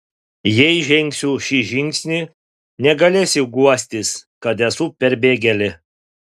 jei žengsiu šį žingsnį negalėsiu guostis kad esu perbėgėlė